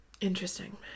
interesting